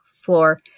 floor